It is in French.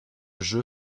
jeu